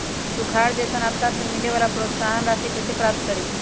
सुखार जैसन आपदा से मिले वाला प्रोत्साहन राशि कईसे प्राप्त करी?